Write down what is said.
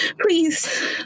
Please